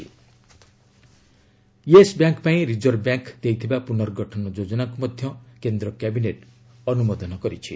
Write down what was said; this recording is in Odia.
cabinet Yes Bank Yes Bank ପାଇଁ ରିଜର୍ଭ ବ୍ୟାଙ୍କ ଦେଇଥିବା ପୁନର୍ଗଠନ ଯୋଜନାକୁ କେନ୍ଦ୍ର କ୍ୟାବିନେଟ୍ ଅନୁମୋଦନ କରିଛି